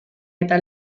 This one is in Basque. eta